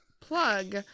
plug